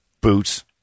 boots